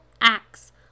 acts